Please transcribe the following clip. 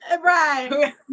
Right